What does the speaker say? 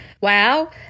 Wow